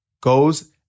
Goes